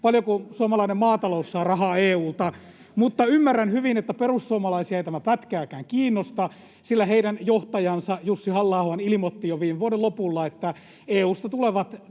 paljonko suomalainen maatalous saa rahaa EU:lta. Mutta ymmärrän hyvin, että perussuomalaisia ei tämä pätkääkään kiinnosta, sillä heidän johtajansa Jussi Halla-ahohan ilmoitti jo viime vuoden lopulla, että kaikki EU:sta tulevat